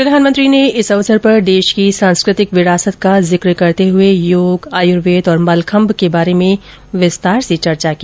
प्रधानमंत्री ने इस अवसर पर देश की सांस्कृतिक विरासत का जिक्र करते हुए योग आयुर्वेद और मलखम्ब के बारे में विस्तार से चर्चा की